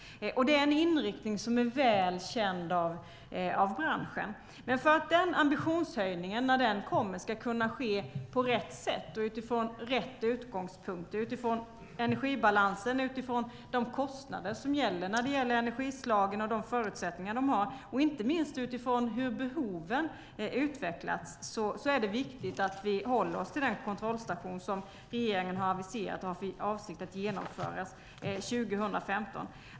Det är en inriktning som är väl känd av branschen. För att den ambitionshöjningen ska kunna ske på rätt sätt, med rätt utgångspunkt, utifrån energibalansen och kostnaderna för energislagen och de förutsättningar de har och utifrån hur behoven har utvecklats är det viktigt att vi håller oss till den kontrollstation som regeringen har aviserat och har för avsikt att genomföra 2015.